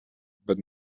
but